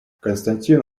константин